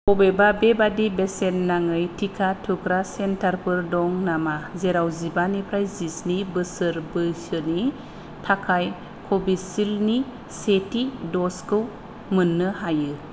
बबेबा बेबादि बेसेन नाङै टिका थुग्रा सेन्टारफोर दं नामा जेराव जिबानिफ्राय जिस्नि बोसोर बैसोनि थाखाय कविसिल्दनि सेथि द'जखौ मोननो हायो